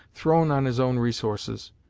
thrown on his own resources,